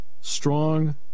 strong